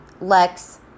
Lex